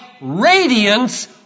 radiance